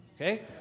Okay